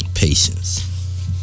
Patience